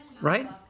Right